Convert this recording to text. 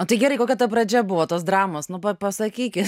o tai gerai kad ta pradžia buvo tos dramos nu pa pasakykit